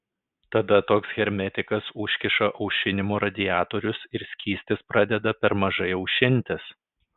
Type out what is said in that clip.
tada toks hermetikas užkiša aušinimo radiatorius ir skystis pradeda per mažai aušintis